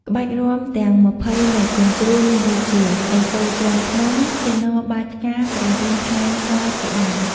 ក្បាច់រាំទាំង ២០ នៃគុនគ្រូ មានដូចជា ឥសូរជាន់ភ្នំ, កិន្នរបាចផ្កា, ព្រះរាមថ្លែងសរ ជាដើម។